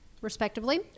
respectively